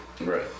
Right